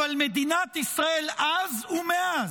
אבל מדינת ישראל אז ומאז,